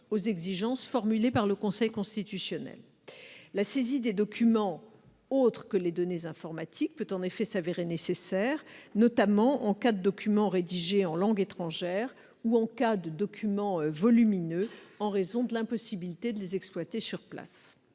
aux exigences formulées par le Conseil constitutionnel. La saisie de documents autres que des données informatiques peut en effet s'avérer nécessaire, notamment en cas de documents rédigés en langue étrangère ou de documents volumineux, en raison de l'impossibilité de les exploiter sur place.